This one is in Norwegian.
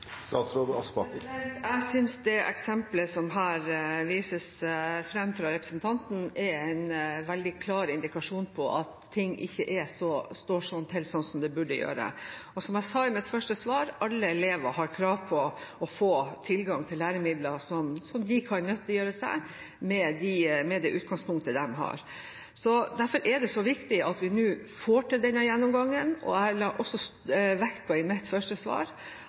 Jeg synes det eksemplet som her vises fram fra representanten, er en veldig klar indikasjon på at ting ikke står sånn til som de burde gjøre. Som jeg sa i mitt første svar: Alle elever har krav på å få tilgang til læremidler som de kan nyttiggjøre seg, med det utgangspunktet de har. Derfor er det så viktig at vi nå får til denne gjennomgangen. I mitt første svar la jeg også vekt på